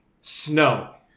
snow